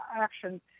action